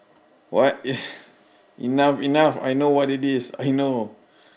what enough enough I know what it is I know